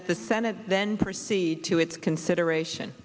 that the senate then proceed to its consideration